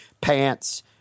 pants